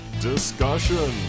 discussion